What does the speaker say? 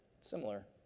similar